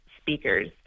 speakers